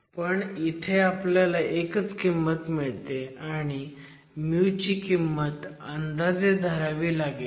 पण इथे आपल्याला एकच किंमत मिळते आणि ची किंमत अंदाजे धरावी लागेल